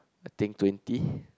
I think twenty